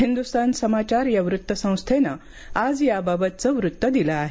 हिंदुस्तान समाचार या वृत्त संस्थेनं आज याबाबतचं वृत्त दिलं आहे